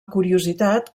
curiositat